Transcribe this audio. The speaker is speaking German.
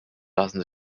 lassen